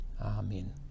Amen